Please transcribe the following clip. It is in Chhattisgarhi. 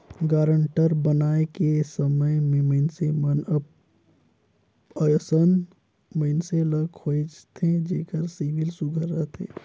गारंटर बनाए के समे में मइनसे मन अइसन मइनसे ल खोझथें जेकर सिविल सुग्घर रहथे